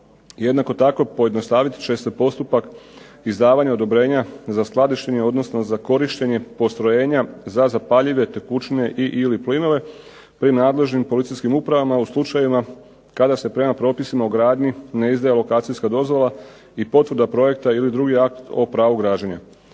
Jednako tako pojednostavit će se postupak izdavanja odobrenja za skladištenje odnosno za korištenje postrojenja za zapaljive i ili plinove pri nadležnim policijskim upravama u slučajevima kada se prema propisima o gradnji ne izdaje lokacijska dozvola i potvrda projekta ili drugi akt o pravu građenja.